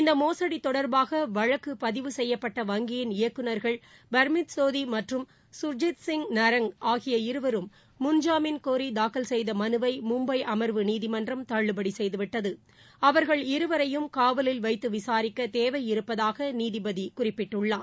இந்தமோசடிதொடர்பாகவழக்குபதிவுசெய்யப்பட்டவங்கியி ன்இயக்குனர்கள்பர்மீத்சோதிமற்றும்சுர்ஜித்சிங்நரங்ஆகிய இருவரும்முன்ஜாமீன்கோரிதாக்கல்செய்தமனுவைமும்பை அமர்வுநீதிமன்றம்தள்ளுபடிசெய்துவிட்டது அவர்கள்இருவரையும்காவலில்வைத்துவிசாரிக்கதேவைஇ ருப்பதாகநீதிபதிகுறிப்பிட்டுள்ளார்